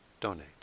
donate